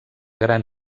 gran